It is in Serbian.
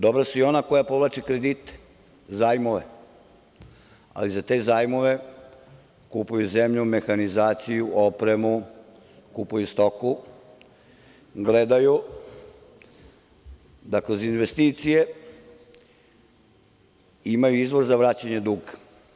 Dobra su i ona koja povlače kredite, zajmove, ali za te zajmove kupuju zemlju, mehanizaciju, opremu, kupuju stoku, gledaju da kroz investicije imaju izvor za vraćanje duga.